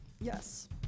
Yes